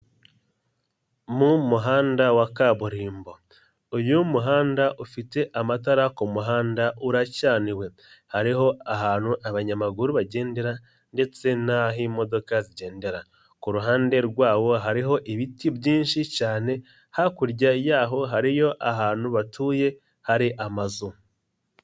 Mu muhanda wa kaburimbo, uyu muhanda ufite amatara ku muhanda uracaniwe, hariho ahantu abanyamaguru bagendera ndetse n'aho imodoka zigendera, ku ruhande rwawo hariho ibiti byinshi cyane, hakurya yaho hariyo ahantu batuye hari amazu.